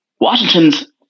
Washington's